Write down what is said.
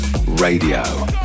radio